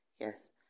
Yes